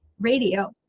Radio